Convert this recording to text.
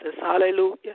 hallelujah